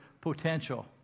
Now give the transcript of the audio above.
potential